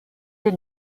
des